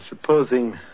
supposing